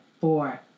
four